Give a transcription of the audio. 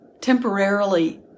temporarily